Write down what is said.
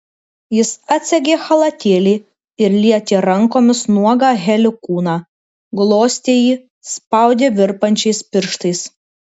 jis atsegė chalatėlį ir lietė rankomis nuogą heli kūną glostė jį spaudė virpančiais pirštais